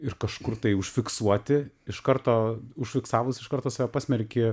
ir kažkur tai užfiksuoti iš karto užfiksavus iš karto save pasmerkė